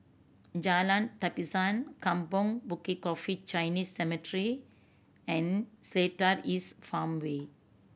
Jalan Tapisan Kampong Bukit Coffee Chinese Cemetery and Seletar East Farmway